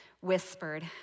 whispered